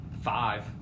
five